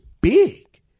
big